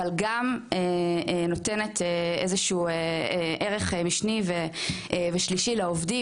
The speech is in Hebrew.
אבל גם נותנת איזשהו ערך משני ושלישי לעובדים.